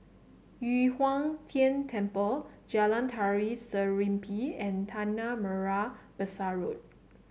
Yu Huang Tian Temple Jalan Tari Serimpi and Tanah Merah Besar Road